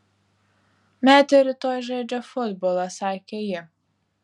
metė rytoj žaidžia futbolą sako ji